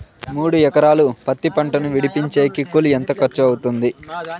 మూడు ఎకరాలు పత్తి పంటను విడిపించేకి కూలి ఎంత ఖర్చు అవుతుంది?